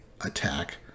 attack